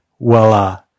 voila